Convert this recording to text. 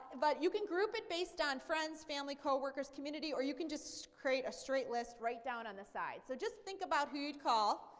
but you can group it based on friends, family, co-workers, community, or you can just create a straight list right down on the side. so just think about who you'd call.